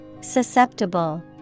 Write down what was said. Susceptible